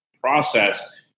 process